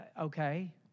Okay